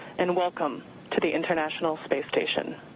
and welcome to the international space station.